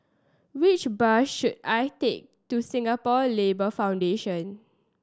which bus should I take to Singapore Labour Foundation